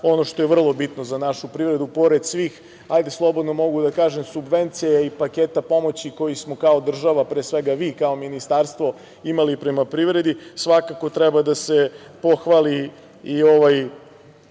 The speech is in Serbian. Ono što je vrlo bitno za našu privredu, pored svih, slobodno mogu da kažem, subvencija i paketa pomoći koje smo kao država, pre svega vi kao ministarstvo imali prema privredi, svakako treba da se pohvali i ova